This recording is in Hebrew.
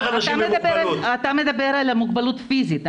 אנשים --- אתה מדבר על מוגבלות פיזית.